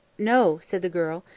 no, said the girl,